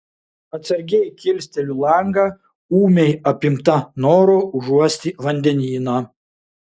atsargiai kilsteliu langą ūmiai apimta noro užuosti vandenyną